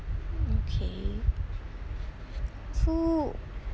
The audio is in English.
okay so